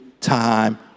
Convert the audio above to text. time